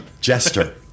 Jester